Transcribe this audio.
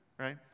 right